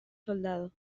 soldado